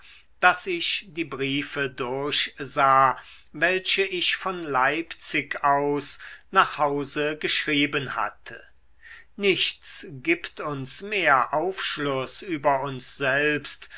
daß ich die briefe durchsah welche ich von leipzig aus nach hause geschrieben hatte nichts gibt uns mehr aufschluß über uns selbst